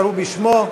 בשמה?